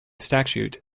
statute